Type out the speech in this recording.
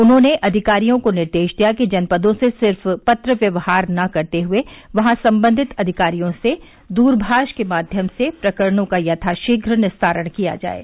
उन्होंने अधिकारियों को निर्देश दिया कि जनपदों से सिर्फ पत्र व्यवहार न करते हये वहां संबंधित अधिकारियों से दूरभाष के माध्यम से प्रकरणों को यथाशीघ्र निस्तारण किया जाये